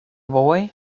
boy